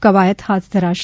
કવાયત હાથ ધરાશે